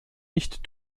nicht